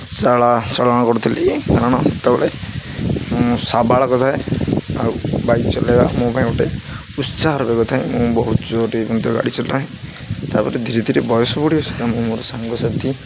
ଚଳନ କରୁଥିଲି କାରଣ ସେତେବେଳେ ମୁଁ ସାବାଳକ ଥାଏ ଆଉ ବାଇକ୍ ଚଲେଇବା ମୋ ପାଇଁ ଗୋଟେ ଉତ୍ସାହକ ବି ଥାଏ ମୁଁ ବହୁତ ଜୋର୍ ମଧ୍ୟ ମଧ୍ୟ ଗାଡ଼ି ଚଲାଏ ତା'ପରେ ଧୀରେ ଧୀରେ ବୟସ ବଢ଼ିବା ସାଙ୍ଗେ ମୁଁ ମୋର ସାଙ୍ଗସାଥି